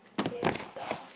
okay let's put down